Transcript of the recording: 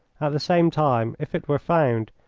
the same time, if it were found,